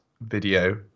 video